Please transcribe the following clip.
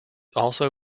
also